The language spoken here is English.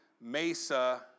mesa